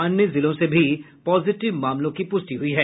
अन्य जिलों से भी पॉजिटिव मामलों की पुष्टि हुई है